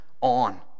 on